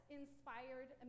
inspired